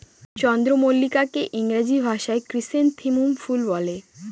চন্দ্রমল্লিকাকে ইংরেজি ভাষায় ক্র্যাসনথেমুম ফুল বলে